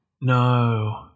No